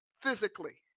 physically